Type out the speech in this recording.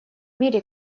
мире